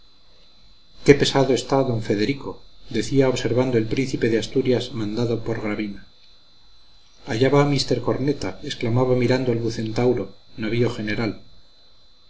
qué pesado está d federico decía observando el príncipe de asturias mandado por gravina allá va mr corneta exclamaba mirando al bucentauro navío general